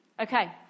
Okay